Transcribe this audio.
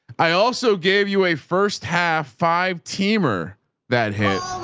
i also gave you a first half, five teamer that hit,